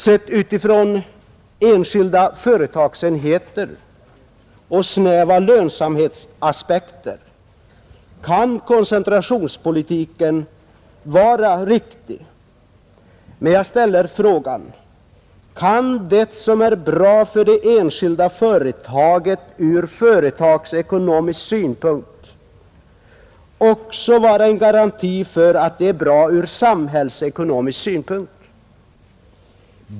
Sedd utifrån enskilda företagsenheters synpunkt och ur snäva lönsamhetsaspekter kan koncentrationspolitiken vara riktig, men jag ställer frågan: Är det förhållandet att något är bra för det enskilda företaget från företagsekonomisk synpunkt också en garanti för att det är bra från samhällsekonomisk synpunkt?